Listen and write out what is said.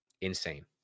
insane